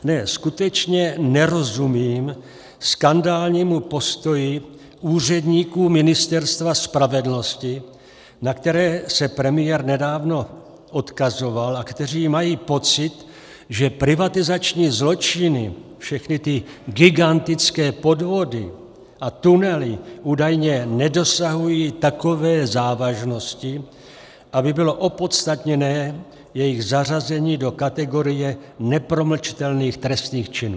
Ne, skutečně nerozumím skandálnímu postoji úředníků Ministerstva spravedlnosti, na které se premiér nedávno odkazoval a kteří mají pocit, že privatizační zločiny, všechny ty gigantické podvody a tunely, údajně nedosahují takové závažnosti, aby bylo opodstatněné jejich zařazení do kategorie nepromlčitelných trestných činů.